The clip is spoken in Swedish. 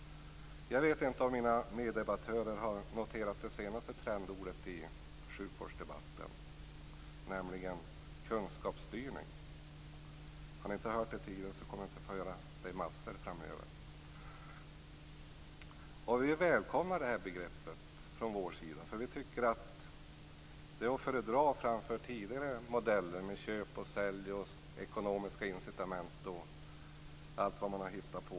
Jag vet inte om mina meddebattörer har noterat det senaste trendordet i sjukvårdsdebatten, nämligen kunskapsstyrning. Om ni inte har hört det tidigare, kommer ni att få göra det mycket framöver. Vi välkomnar begreppet. Vi tycker att det är föredra framför tidigare modeller, s.k. köp-och-sälj, ekonomiska incitament och allt vad man har hittat på.